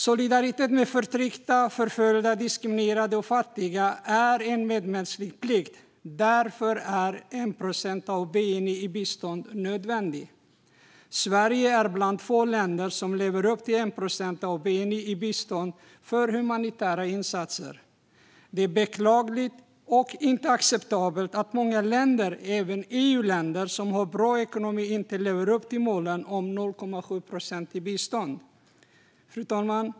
Solidaritet med förtryckta, förföljda, diskriminerade och fattiga är en medmänsklig plikt. Därför är 1 procent av bni i bistånd nödvändigt. Sverige är ett av få länder som lever upp till 1 procent av bni i bistånd till humanitära insatser. Det är beklagligt och inte acceptabelt att många länder, även EU-länder som har bra ekonomi, inte lever upp till målet om 0,7 procent i bistånd. Fru talman!